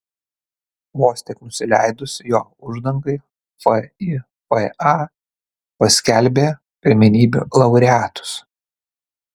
vos tik nusileidus jo uždangai fifa paskelbė pirmenybių laureatus